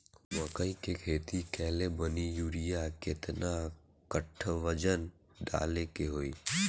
मकई के खेती कैले बनी यूरिया केतना कट्ठावजन डाले के होई?